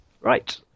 Right